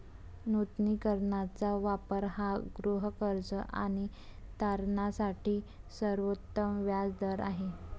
नूतनीकरणाचा वापर हा गृहकर्ज आणि तारणासाठी सर्वोत्तम व्याज दर आहे